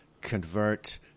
convert